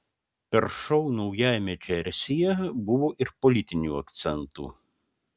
per šou naujajame džersyje buvo ir politinių akcentų